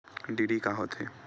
DD का होथे?